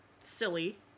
silly